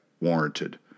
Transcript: warranted